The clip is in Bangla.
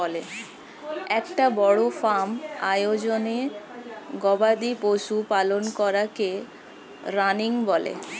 একটা বড় ফার্ম আয়োজনে গবাদি পশু পালন করাকে রানিং বলে